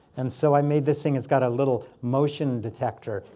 and so i made this thing. it's got a little motion detector.